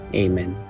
amen